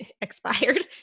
expired